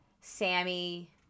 Sammy